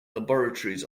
laboratories